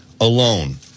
alone